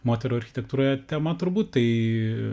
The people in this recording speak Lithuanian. moterų architektūroje tema turbūt tai